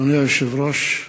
אדוני היושב-ראש,